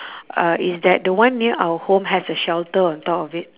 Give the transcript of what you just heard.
uh is that the one near our home has a shelter on top of it